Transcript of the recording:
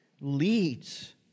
leads